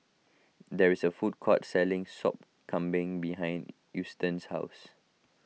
there is a food court selling Sop Kambing behind Eustace's house